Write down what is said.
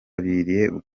kabiri